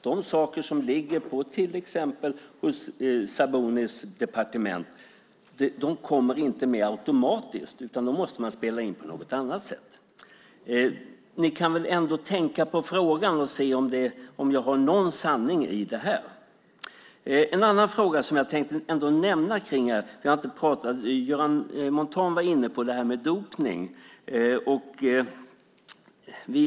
De saker som ligger på till exempel Sabunis departement kommer inte med automatiskt. Dem måste man spela in på något annat sätt. Ni kan väl ändå tänka på frågan och se om det är någon sanning i det här. Det är en annan fråga som jag tänkte nämna som vi inte har pratat om. Göran Montan var inne på dopning.